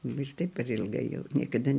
ir taip per ilgai jau niekada